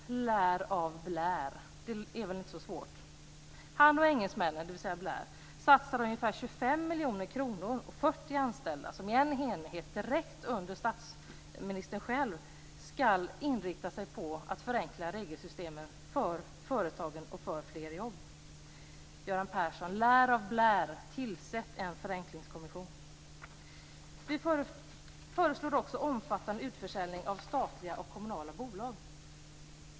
Lär av Blair! Det är väl inte så svårt. Han, dvs. Blair, och engelsmännen satsar ungefär 25 miljoner kronor och 40 anställda på en enhet som direkt under statsministern själv skall inrikta sig på att förenkla regelsystemen för företagen och för fler jobb. Göran Persson! Lär av Blair, tillsätt en förenklingskommission! Vi föreslår också omfattande utförsäljning av statliga och kommunala bolag.